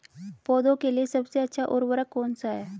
पौधों के लिए सबसे अच्छा उर्वरक कौन सा है?